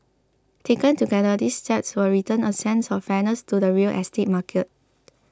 taken together these steps will return a sense of fairness to the real estate market